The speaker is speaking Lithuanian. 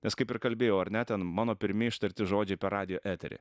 nes kaip ir kalbėjau ar ne ten mano pirmi ištarti žodžiai per radijo eterį